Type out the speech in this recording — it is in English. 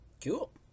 Cool